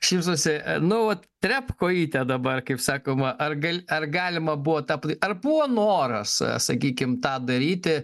šypsosi nu vat trep kojyte dabar kaip sakoma ar gal ar galima buvo tą pad ar buvo noras sakykim tą daryti